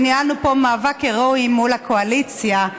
שניהלנו פה מאבק הירואי מול הקואליציה,